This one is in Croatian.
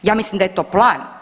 Ja mislim da je to plan.